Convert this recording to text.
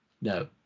no